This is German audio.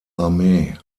armee